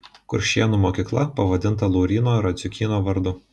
kuršėnų mokykla pavadinta lauryno radziukyno vardu